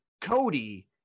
Cody